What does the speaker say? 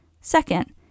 Second